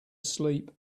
sleep